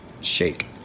shake